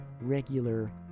regular